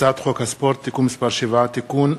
הצעת חוק הספורט (תיקון מס' 7) (תיקון),